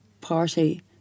party